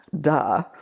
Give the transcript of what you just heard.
duh